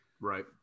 Right